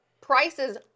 prices